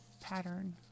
pattern